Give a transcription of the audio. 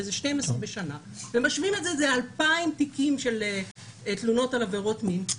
זה 12 בשנה זה 2,000 תיקים של תלונות על עבירות מין.